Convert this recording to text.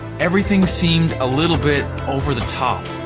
everything seemed a little bit over the top.